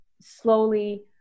slowly